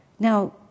Now